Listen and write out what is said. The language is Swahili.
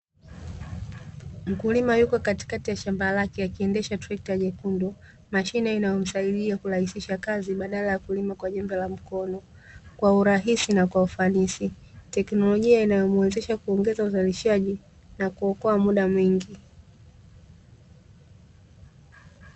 Mkulima yupo katikati ya shamba lake akiendesha trekta jekundu, mashine inayomsaidia kurahisisha kazi badala ya kulima kwa jembe la mkono kwa urahisi na kwa ufanisi, teknolojia inayomuwezesha kuongeza uzalishaji na kuokoa muda mwingi.